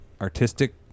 artistic